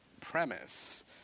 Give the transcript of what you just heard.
premise